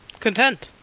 content.